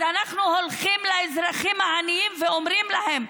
אז אנחנו הולכים לאזרחים העניים ואומרים להם: